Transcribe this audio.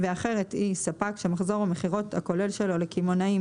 והאחרת היא ספק שמחזור המכירות הכולל שלו לקמעונאים